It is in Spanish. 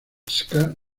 ska